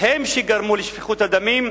הם שגרמו לשפיכות הדמים,